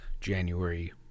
January